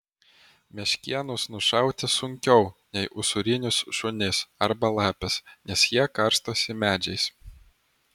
meškėnus nušauti sunkiau nei usūrinius šunis arba lapes nes jie karstosi medžiais